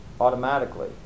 automatically